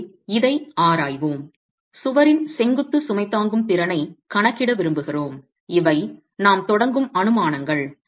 எனவே இதை ஆராய்வோம் சுவரின் செங்குத்து சுமை தாங்கும் திறனைக் கணக்கிட விரும்புகிறோம் இவை நாம் தொடங்கும் அனுமானங்கள்